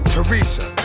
Teresa